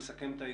מסכם את העניין.